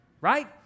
Right